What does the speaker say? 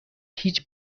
هیچ